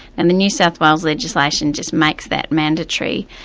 and the new south wales legislation just makes that mandatory,